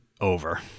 over